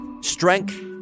strength